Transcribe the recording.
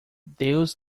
deus